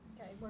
Okay